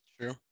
True